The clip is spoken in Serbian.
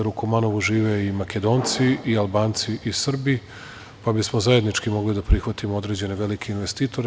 U Kumanovu žive i Makedonci i Albanci i Srbi, pa bismo zajednički mogli da prihvatimo određene velike investitore.